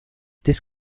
this